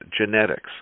genetics